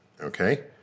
okay